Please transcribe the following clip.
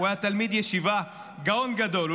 הוא היה תלמיד ישיבה, גאון גדול.